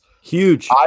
Huge